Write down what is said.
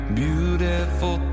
beautiful